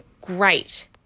great